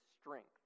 strength